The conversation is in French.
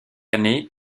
année